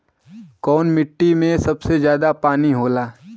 कौन मिट्टी मे सबसे ज्यादा पानी होला?